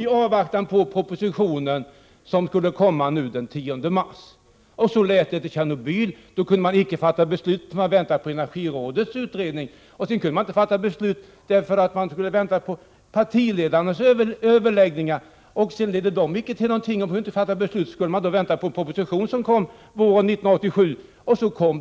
i avvaktan på den proposition som skall komma den 10 mars inte kan fatta beslut. Så lät det också efter Tjernobyl. Då kunde man inte fatta beslut i avvaktan på energirådets utredning. Sedan kunde man inte fatta beslut därför att man skulle vänta på partiledarnas överläggningar. Dessa ledde inte till någonting. Sedan kunde man inte fatta beslut därför att man skulle vänta på en proposition som skulle komma våren 1987.